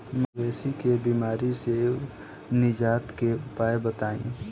मवेशी के बिमारी से निजात के उपाय बताई?